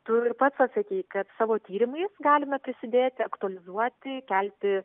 tu pats atsakei kad savo tyrimais galime prisidėti aktualizuoti kelti